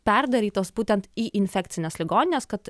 perdarytos būtent į infekcines ligonines kad